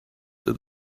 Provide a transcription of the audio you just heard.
that